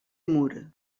moore